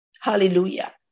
Hallelujah